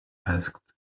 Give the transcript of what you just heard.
asked